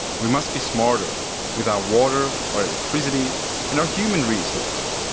we must be smarter with our water, our electricity and our human resources,